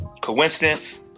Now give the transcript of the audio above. Coincidence